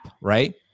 right